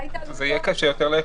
יהיה קשה יותר לאכוף.